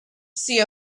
see